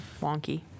wonky